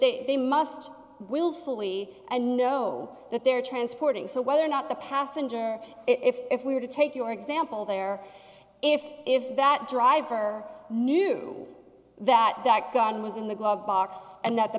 they they must willfully and know that they're transporting so whether or not the passenger if we're to take your example there if if that driver knew that that gun was in the glove box and that the